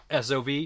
SOV